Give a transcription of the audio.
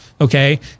okay